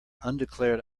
undeclared